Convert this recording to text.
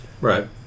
Right